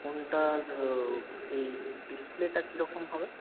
ফোনটা এই ডিসপ্লেটা কিরকম হবে